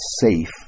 safe